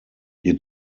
hier